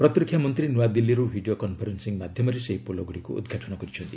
ପ୍ରତିରକ୍ଷା ମନ୍ତ୍ରୀ ନୂଆଦିଲ୍ଲୀରୁ ଭିଡ଼ିଓ କନ୍ଫରେନ୍ସିଂ ମାଧ୍ୟମରେ ସେହି ପୋଲଗୁଡ଼ିକୁ ଉଦ୍ଘାଟନ କରିଛନ୍ତି